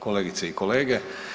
Kolegice i kolege.